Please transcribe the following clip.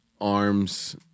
arms